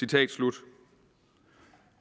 Det